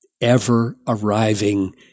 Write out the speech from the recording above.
ever-arriving